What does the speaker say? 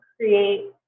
create